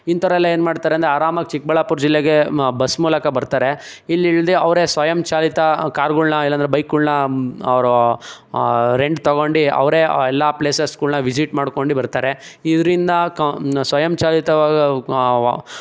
ಇಂಥವರೆಲ್ಲ ಏನು ಮಾಡ್ತಾರಂದ್ರೆ ಆರಾಮಾಗಿ ಚಿಕ್ಕಬಳ್ಳಾಪುರ ಜಿಲ್ಲೆಗೆ ಬಸ್ ಮೂಲಕ ಬರ್ತಾರೆ ಇಲ್ಲಿಳ್ದು ಅವರೇ ಸ್ವಯಂಚಾಲಿತ ಕಾರುಗಳ್ನ ಇಲ್ಲಾಂದರೆ ಬೈಕ್ಗಳ್ನ ಅವರು ರೆಂಟ್ ತೊಗೊಂಡು ಅವರೇ ಎಲ್ಲ ಪ್ಲೇಸಸ್ಗಳ್ನ ವಿಸಿಟ್ ಮಾಡ್ಕೊಂಡು ಬರ್ತಾರೆ ಇದರಿಂದ ಕ ಸ್ವಯಂಚಾಲಿತ ವ